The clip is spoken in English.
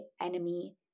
enemy